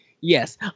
Yes